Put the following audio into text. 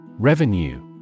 Revenue